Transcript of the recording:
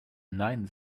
nein